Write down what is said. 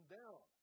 down